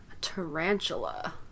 tarantula